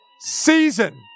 season